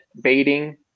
baiting